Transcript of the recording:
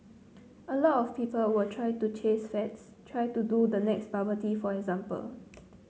a lot of people try to chase fads try to do the next bubble tea for example